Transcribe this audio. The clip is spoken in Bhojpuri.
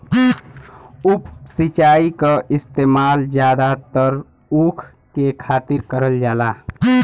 उप सिंचाई क इस्तेमाल जादातर ऊख के खातिर करल जाला